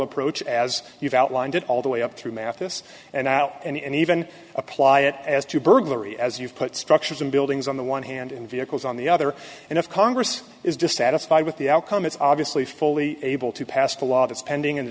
approach as you've outlined it all the way up through mathis and out and even apply it as to burglary as you put structures in buildings on the one hand and vehicles on the other and if congress is just satisfied with the outcome it's obviously fully able to pass a law that's pending in